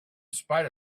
spite